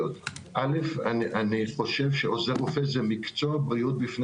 אני חושב שעוזר רופא זה מקצוע בריאות בפני